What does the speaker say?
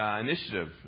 initiative